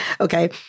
Okay